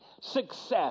success